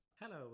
Hello